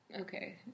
Okay